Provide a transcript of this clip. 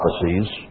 prophecies